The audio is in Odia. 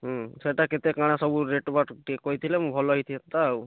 ହୁଁ ସେଟା କେତେ କାଣା ସବୁ ରେଟ୍ ବାଟ୍ ଟିକେ କହିଥିଲେ ମୁଁ ଭଲ ହୋଇଥାନ୍ତା ଆଉ